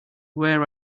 where